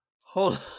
hold